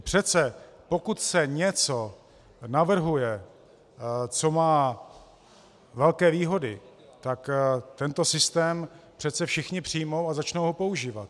Přece pokud se něco navrhuje, co má velké výhody, tak tento systém přece všichni přijmou a začnou ho používat.